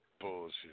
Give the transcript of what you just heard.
bullshit